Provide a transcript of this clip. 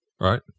right